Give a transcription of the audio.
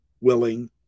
willing